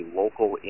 local